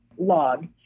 Log